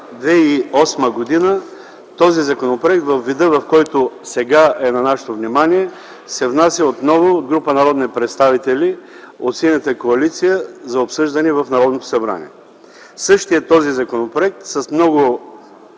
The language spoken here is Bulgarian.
2008 г. законопроектът във вида, в който сега е на нашето внимание, се внася отново от група народни представители от Синята коалиция за обсъждане в Народното събрание. Същият този законопроект с много